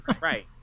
right